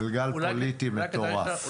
גלגל פוליטי מטורף.